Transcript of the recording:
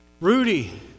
Rudy